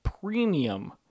premium